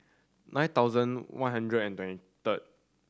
nine thousand one hundred and twenty third